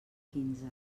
quinze